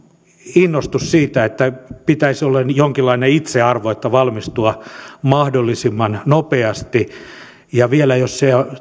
innostu siitä että pitäisi olla jonkinlainen itseisarvo valmistua mahdollisimman nopeasti ja vielä jos se